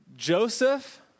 Joseph